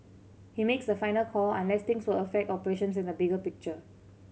he makes the final call unless things will affect operations in the bigger picture